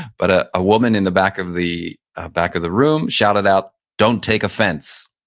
but ah a woman in the back of the back of the room shouted out, don't take a fence.